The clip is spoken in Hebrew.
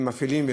שמפעילים,